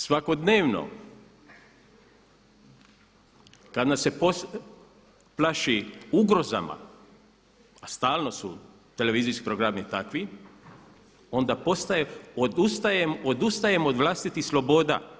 Svakodnevno kada nas se plaši ugrozama a stalno su televizijski programi takvi onda odustajem od vlastitih sloboda.